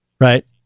Right